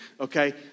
okay